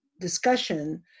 discussion